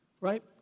right